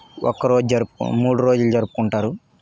ఒక్క రోజు జరుపుకోము మూడు రోజులు జరుపుకుంటారు